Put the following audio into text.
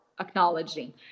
acknowledging